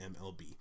MLB